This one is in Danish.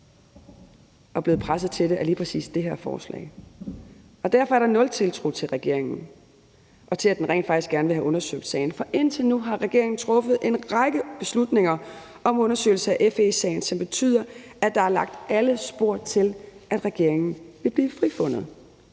er blevet presset til det af lige præcis det her forslag. Derfor er der nul tiltro til regeringen og til, at den rent faktisk gerne vil have undersøgt sagen, for indtil nu har regeringen truffet en række beslutninger om undersøgelse af FE-sagen, som betyder, at der er lagt alle spor til, at regeringen vil blive frifundet.